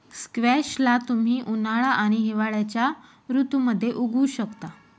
squash ला तुम्ही उन्हाळा आणि हिवाळ्याच्या ऋतूमध्ये उगवु शकता